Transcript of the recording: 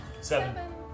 Seven